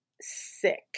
sick